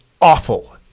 awful